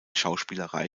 schauspielerei